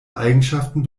eigenschaften